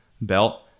belt